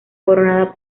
coronada